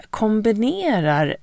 kombinerar